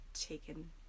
taken